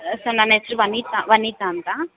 sir ನನ್ನ ಹೆಸ್ರು ವನಿತಾ ವನಿತಾ ಅಂತ